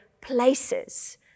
places